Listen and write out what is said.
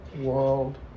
world